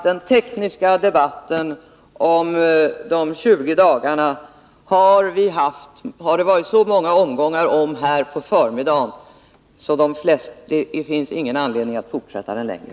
Den tekniska debatten om de 20 dagarna har det varit så många omgångar om här på förmiddagen att det inte finns någon anledning att fortsätta den längre.